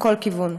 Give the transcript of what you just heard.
כל כיוון.